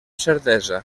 certesa